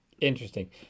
Interesting